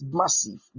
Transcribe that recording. massive